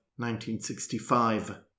1965